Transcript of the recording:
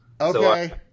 Okay